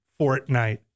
Fortnite